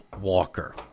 walker